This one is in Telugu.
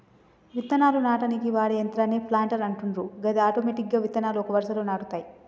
విత్తనాలు నాటనీకి వాడే యంత్రాన్నే ప్లాంటర్ అంటుండ్రు గది ఆటోమెటిక్గా విత్తనాలు ఒక వరుసలో నాటుతాయి